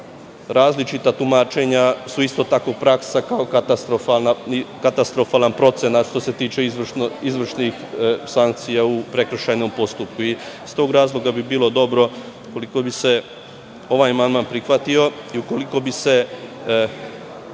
različita tumačenja su isto tako praksa, kao katastrofalna procena što se tiče izvršnih sankcija u prekršajnom postupku. Iz tog razloga bi bilo dobro ukoliko bi se ovaj amandman prihvatio i ukoliko bi se